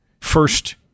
first